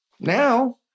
Now